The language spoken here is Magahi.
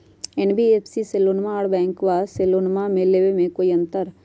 एन.बी.एफ.सी से लोनमा आर बैंकबा से लोनमा ले बे में कोइ अंतर?